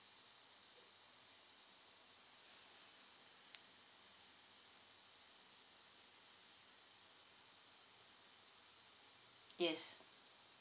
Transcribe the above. yes